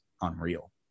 unreal